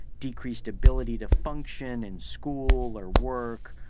decreased ability to function in school or work,